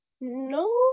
no